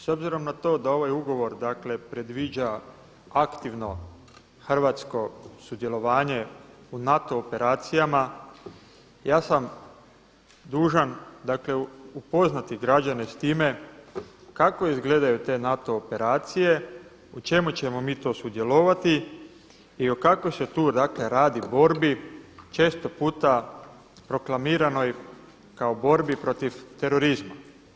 S obzirom na to da ovaj ugovor dakle predviđa aktivno hrvatsko sudjelovanje u NATO operacijama ja sam dužan, dakle upoznati građane s time kako izgledaju te NATO operacije, u čemu ćemo mi to sudjelovati i o kakvoj se tu dakle radi borbi, često puta proklamiranoj kao borbi protiv terorizma.